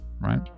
right